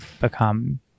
become